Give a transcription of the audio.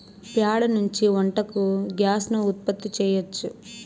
ప్యాడ నుంచి వంటకు గ్యాస్ ను ఉత్పత్తి చేయచ్చు